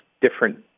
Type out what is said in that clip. different